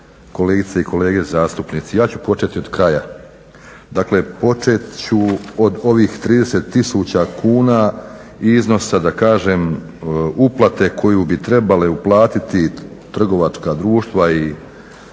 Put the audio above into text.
kolegice i kolege zastupnici. Ja ću početi od kraja. Dakle, početi ću od ovih 30 tisuća kuna i iznosa da kažem uplate koju bi trebale uplatiti trgovačka društva i